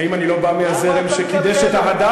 האם אני לא בא מהזרם שקידש את ההדר,